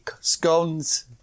Scones